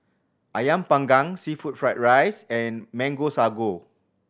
Ayam Panggang seafood fried rice and Mango Sago